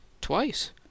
Twice